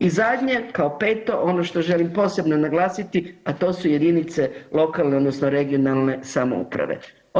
I zadnje, kao 5. ono što želim posebno naglasiti, a to su jedinice lokalne odnosno regionalne samouprave.